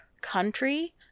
country